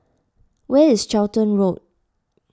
where is Charlton Road